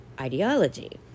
ideology